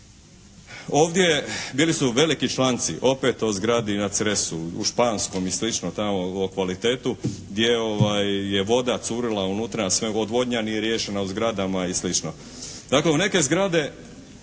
Ovdje bili su veliki članci opet o zgradi na Cresu, u Španskom i slično tamo o kvalitetu gdje je voda curila unutra, odvodnja nije riješena u zgradama i slično. Dakle u neke zgrade,